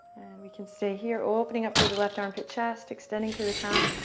we can stay here, opening up through the left armpit, chest, extending through the crown,